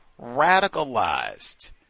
Radicalized